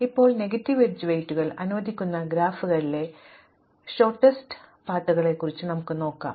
ഇപ്പോൾ negative edge വെയ്റ്റുകൾ അനുവദിക്കുന്ന ഗ്രാഫുകളിലെ ഏറ്റവും ചെറിയ പാതകളെക്കുറിച്ച് നമുക്ക് നോക്കാം